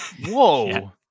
Whoa